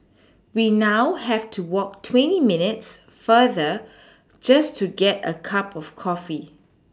we now have to walk twenty minutes farther just to get a cup of coffee